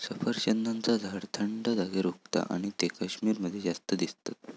सफरचंदाचा झाड थंड जागेर उगता आणि ते कश्मीर मध्ये जास्त दिसतत